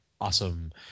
Awesome